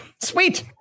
Sweet